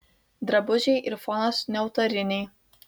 drabužiai ir fonas neautoriniai